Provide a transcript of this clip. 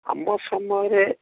ଆମ ସମୟରେ